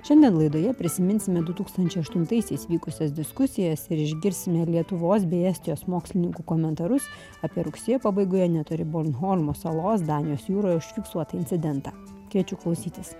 šiandien laidoje prisiminsime du tūkstančiai aštuntaisiais vykusias diskusijas ir išgirsime lietuvos bei estijos mokslininkų komentarus apie rugsėjo pabaigoje netoli bornholmo salos danijos jūroje užfiksuotą incidentą kėdžių klausytis